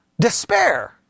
Despair